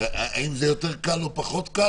האם זה יותר קל או פחות קל?